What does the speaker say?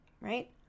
right